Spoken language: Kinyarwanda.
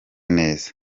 neza